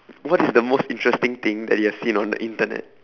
what is the most interesting thing that you have seen on the internet